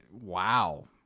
Wow